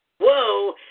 Whoa